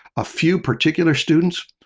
a few particular students,